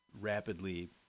rapidly